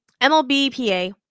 MLBPA